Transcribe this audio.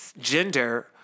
gender